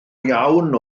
iawn